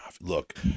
Look